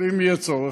אבל אם יהיה צורך,